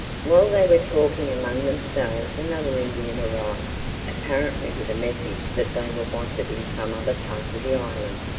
while they were talking among themselves another indian arrived apparently with a message that they were wanted in some other part of the island.